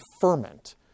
ferment